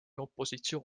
opositsioon